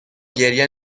گریه